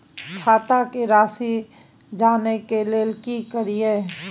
खाता के राशि जानय के लेल की करिए?